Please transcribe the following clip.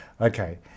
Okay